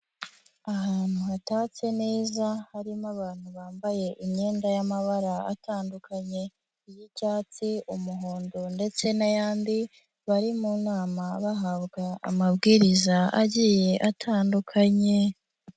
Ahantu hatatse neza harimo abantu bambaye imyenda y'amabara atandukanye, y'icyatsi umuhondo ndetse n'ayandi, bari mu nama bahabwa amabwiriza agiye atandukanye.